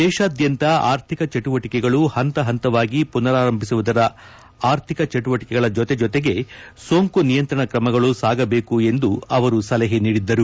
ದೇಶಾದ್ಯಂತ ಆರ್ಥಿಕ ಚಟುವಟಕೆಗಳು ಹಂತ ಹಂತವಾಗಿ ಮನರಾರಂಭಿಸುವುದರ ಆರ್ಥಿಕ ಚಟುವಟಕೆಗಳ ಜೊತೆ ಜೊತೆಗೆ ಸೋಂಕು ನಿಯಂತ್ರಣ ಕ್ರಮಗಳು ಸಾಗಬೇಕು ಎಂದು ಸಲಹೆ ನೀಡಿದ್ದರು